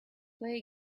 play